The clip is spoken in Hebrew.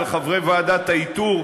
על חברי ועדת האיתור,